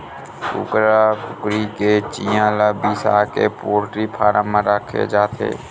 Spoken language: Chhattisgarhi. कुकरा कुकरी के चिंया ल बिसाके पोल्टी फारम म राखे जाथे